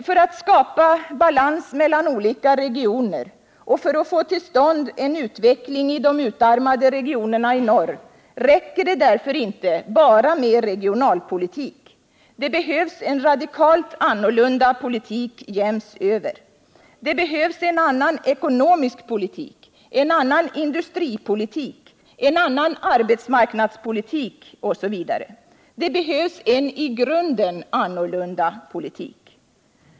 För att skapa balans mellan olika regioner och för att få till stånd en utveckling i de utarmade regionerna i norr räcker det därför inte bara med regionalpolitik. Det behövs en radikalt annorlunda politik jäms över. Det behövs en annan ekonomisk politik, en annan industripolitik, en annan arbetsmarknadspolitik, osv. Det behövs en i grunden annorlunda politik.